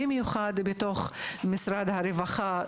במיוחד למשרד הרווחה,